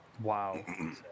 wow